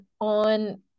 on